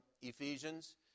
Ephesians